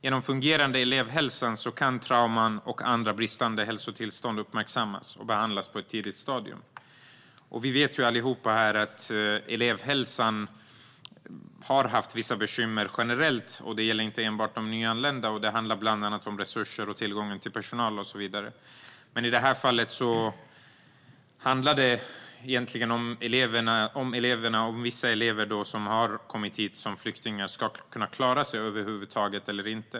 Genom fungerande elevhälsa kan trauman och annan bristande hälsa uppmärksammas och behandlas på ett tidigt stadium. Vi vet alla att elevhälsan har haft vissa bekymmer generellt; det gäller inte enbart de nyanlända. Det handlar om resurser, tillgång till personal och så vidare. I detta fall är frågan om vissa elever, som har kommit hit som flyktingar, över huvud taget ska kunna klara sig.